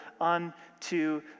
unto